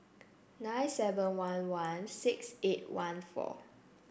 nine seven one one six eight one four